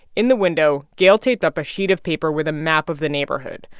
in the window, gayle taped up a sheet of paper with a map of the neighborhood.